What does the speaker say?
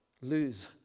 lose